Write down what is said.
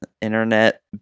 Internet